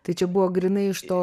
tai čia buvo grynai iš to